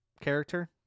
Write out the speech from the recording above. character